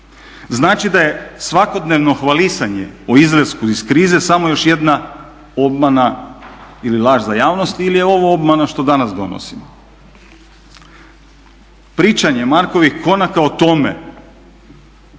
Znači da je svakodnevno hvalisanje o izlasku iz krize samo još jedna obmana ili laž za javnost ili je ovo obmana što danas donosimo. Pričanje markovih konaka o tome